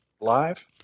live